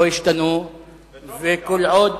וטוב שכך.